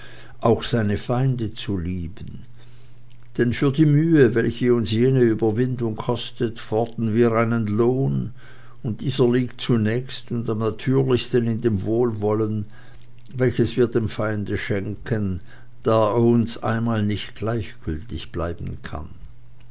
auch seine feinde zu lieben denn für die mühe welche uns jene überwindung kostet fordern wir einen lohn und dieser liegt zunächst und am natürlichsten in dem wohlwollen welches wir dem feinde schenken da er uns einmal nicht gleichgültig bleiben kann